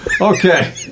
Okay